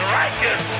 righteous